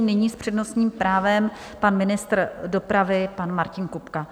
Nyní s přednostním právem pan ministr dopravy pan Martin Kupka.